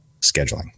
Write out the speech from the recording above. scheduling